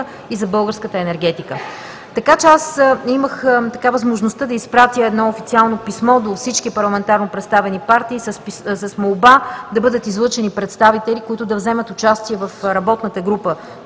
и за българската енергетика. Имах възможността да изпратя едно официално писмо до всички парламентарно представени партии с молба да бъдат излъчени представители, които да вземат участие в работната група,